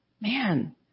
Man